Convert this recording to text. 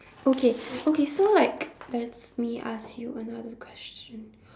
okay okay so like let's me ask you another question